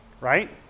right